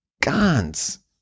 ganz